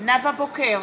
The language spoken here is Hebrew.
נאוה בוקר,